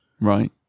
right